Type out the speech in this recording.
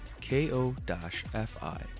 K-O-F-I